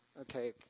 Okay